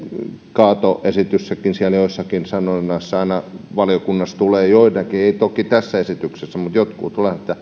kaatoesityskin siellä joissakin sanonnoissa aina valiokunnassa tulee ei toki tässä esityksessä mutta joissakin esityksissä tulee se